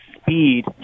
speed